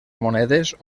monedes